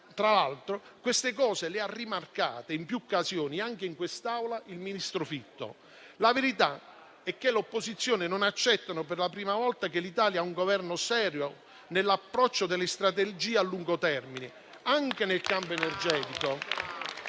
Tra l'altro, queste cose le ha rimarcate in più occasioni, anche in quest'Aula, il ministro Fitto. La verità è che l'opposizione non accetta che per la prima volta l'Italia abbia un Governo serio nell'approccio delle strategie a lungo termine anche nel campo energetico.